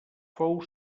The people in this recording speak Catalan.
fou